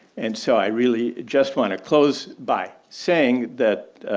and so i really just wanna close by saying, that